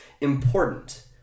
important